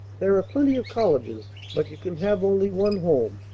there are plenty of colleges, but you can have only one home,